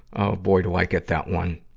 oh, boy, do i get that one.